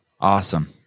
Awesome